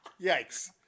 yikes